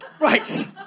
right